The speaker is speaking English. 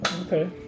okay